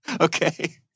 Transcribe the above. Okay